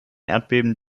erdbeben